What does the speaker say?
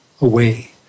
away